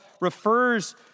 refers